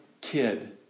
kid